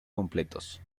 completos